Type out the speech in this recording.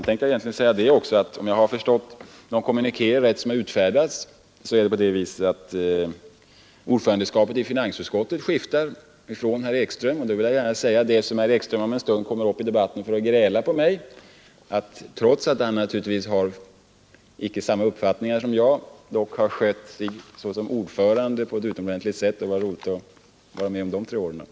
Även herr Meidner pekar i sitt anförande på svårigheterna att finna pengar för att betala en växande offentlig sektor. Detta föredrag har många socialdemokrater ställt sig bakom, och det har diskuterats mycket i pressen, utan att man egentligen har undersökt vad herr Meidner egentligen sagt. Jag vill ge ett citat beträffande vad som kan hända.